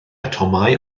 atomau